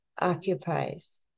occupies